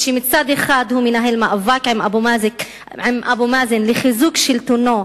כשמצד אחד הוא מנהל מאבק עם אבו מאזן לחיזוק שלטונו